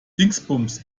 dingsbums